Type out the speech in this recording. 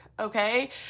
okay